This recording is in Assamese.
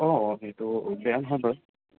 অঁ অঁ সেইটো বেয়া নহয় বাৰু